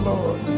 Lord